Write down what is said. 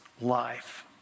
life